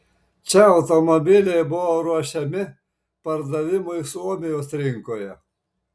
čia automobiliai buvo ruošiami pardavimui suomijos rinkoje